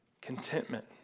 contentment